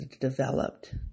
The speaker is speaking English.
developed